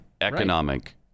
economic